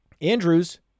Andrews